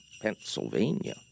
Pennsylvania. ¶¶